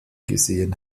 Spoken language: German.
gesehen